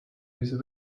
his